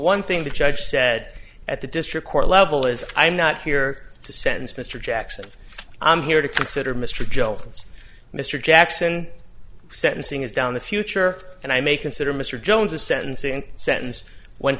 one thing the judge said at the district court level is i'm not here to sentence mr jackson i'm here to consider mr jones mr jackson sentencing is down the future and i may consider mr jones a sentencing sentence when